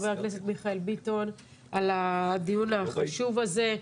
חבר הכנסת מיכאל ביטון על הדיון החשוב הזה,